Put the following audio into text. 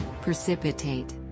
precipitate